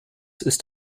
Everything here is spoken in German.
ist